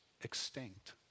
extinct